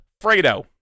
Fredo